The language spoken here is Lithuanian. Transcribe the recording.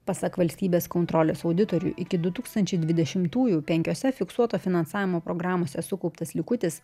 pasak valstybės kontrolės auditorių iki du tūkstančiai dvidešimtųjų penkiose fiksuoto finansavimo programose sukauptas likutis